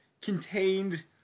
contained